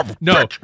No